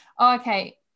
okay